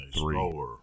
three